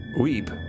Weep